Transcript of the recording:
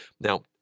Now